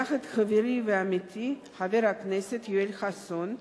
יחד עם חברי ועמיתי חבר הכנסת יואל חסון,